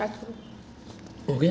start करो हो गया